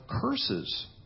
curses